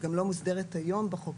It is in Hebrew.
מוסדרת היום בחוק,